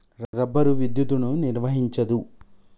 rubber విద్యుత్తును నిర్వహించదు